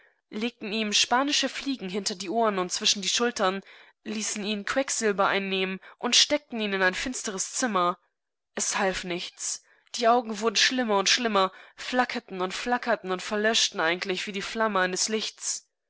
legten ihm spanische fliegen hinter die ohrenundzwischendieschultern ließenihnquecksilbereinnehmenundstecktenihn in ein finsteres zimmer es half nichts die augen wurden schlimmer und schlimmer flackerten und flackerten und verlöschten endlich wie die flamme eins lichts